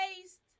taste